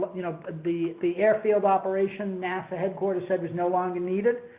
you know, the, the airfield operation nasa headquarters said was no longer needed.